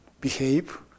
behave